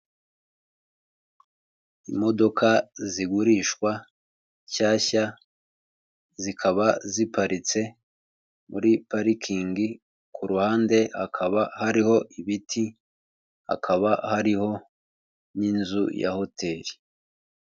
Imodoka zigurishwa nshyashya zikaba ziparitse muri parikingi, ku ruhande hakaba hariho ibiti, hakaba hariho n'inzu ya hotel.